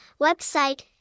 website